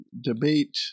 debate